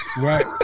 Right